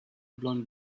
blown